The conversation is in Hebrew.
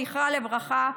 זכרה לברכה,